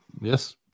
Yes